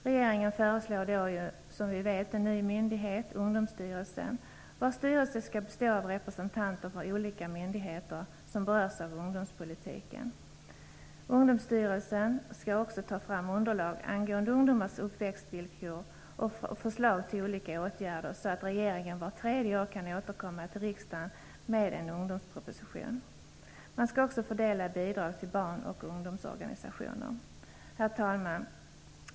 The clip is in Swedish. Regeringen föreslår nu, som vi vet, en ny myndighet -- Ungdomsstyrelsen -- vars styrelse skall bestå av representanter från de olika myndigheter som berörs av ungdomspolitiken. Ungdomsstyrelsen skall också ta fram underlag angående ungdomars uppväxtvillkor och förslag till olika åtgärder, så att regeringen vart tredje år kan återkomma till riksdagen med en ungdomsproposition. Man skall också fördela bidrag till barn och ungdomsorganisationer. Herr talman!